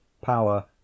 power